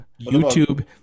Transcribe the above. YouTube